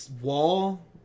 wall